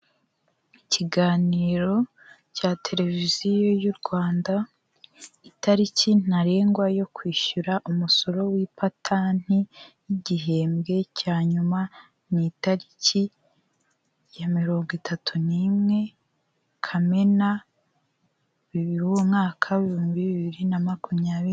Ikiganiro cya tereviziyo y'u Rwanda, itariki ntarengwa yo kwishyura umusoro w'ipatanti y'igihembwe cya nyuma, ni itariki ya mirongo itatu n'imwe Kamena, umwaka ibihumbi bibiri na makumyabiri.